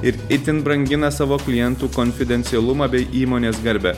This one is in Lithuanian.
ir itin brangina savo klientų konfidencialumą bei įmonės garbę